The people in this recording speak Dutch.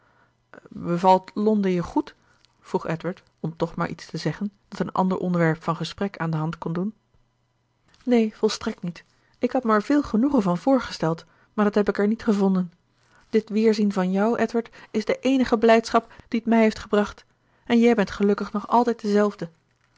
bevalt londen je goed vroeg edward om toch maar iets te zeggen dat een ander onderwerp van gesprek aan de hand kon doen neen volstrekt niet ik had mij er veel genoegen van voorgesteld maar dat heb ik er niet gevonden dit weerzien van jou edward is de eenige blijdschap die t mij heeft gebracht en jij bent gelukkig nog altijd dezelfde